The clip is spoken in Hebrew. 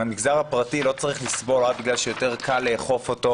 המגזר הפרטי לא צריך לסבול רק בגלל שיותר קל לאכוף אותו.